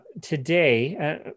today